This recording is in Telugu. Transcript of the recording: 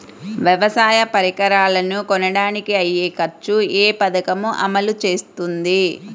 వ్యవసాయ పరికరాలను కొనడానికి అయ్యే ఖర్చు ఏ పదకము అమలు చేస్తుంది?